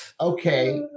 okay